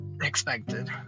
expected